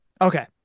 Okay